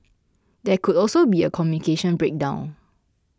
there could also be a communication breakdown